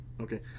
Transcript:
Okay